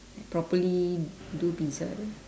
like properly do pizza